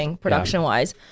production-wise